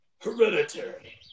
Hereditary